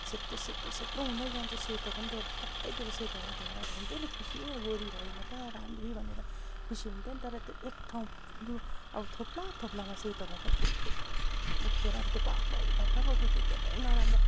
सेतो सेतो सेतो हुँदै जान्छ सेतो पनि त्यो सबैतिर सेतो भइदिएको भए त हुन्थ्यो नि खुसी गोरी भएँ म त राम्री भनेर खुसी हुन्थ्ये नि त तर त्यो एक ठाउँ लु अब थोप्ला थोप्लामा सेतो भएँ तर फुर फुर फुर फुर फुर उकिएर अब त्यो पाप्रैपाप्रा पो उक्किन्छ एकदमै नराम्रो